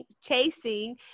chasing